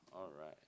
alright